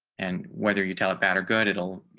and whether you tell it bad or good. it'll, you